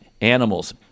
animals